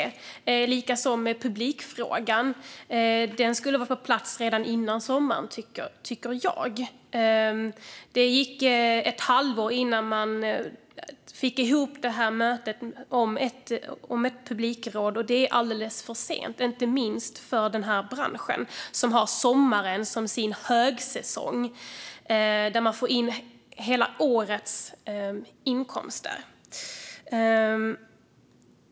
Det är likadant med publikfrågan - den skulle ha varit på plats redan före sommaren, tycker jag. Det gick ett halvår innan man fick ihop mötet om ett publikråd. Det var alldeles för sent - inte minst för den här branschen, som har sommaren som sin högsäsong. Det är då man får in hela årets inkomster.